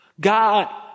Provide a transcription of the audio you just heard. God